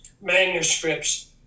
manuscripts